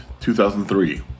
2003